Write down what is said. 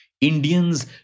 Indians